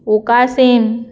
उकासीम